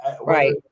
Right